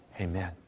Amen